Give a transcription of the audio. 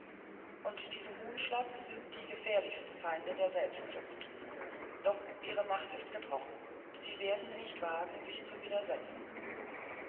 und diese huhnschlotts sind die gefährlichsten feinde der selbstzucht doch ihre macht ist gebrochen sie werden nicht wagen sich zu widersetzen